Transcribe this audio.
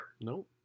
Nope